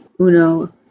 Uno